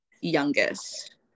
youngest